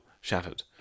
shattered